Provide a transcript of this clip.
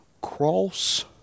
cross